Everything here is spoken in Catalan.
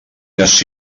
dels